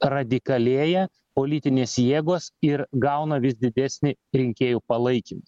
radikalėja politinės jėgos ir gauna vis didesnį rinkėjų palaikymą